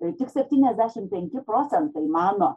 tai tik septyniasdešimt penki procentai mano